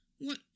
What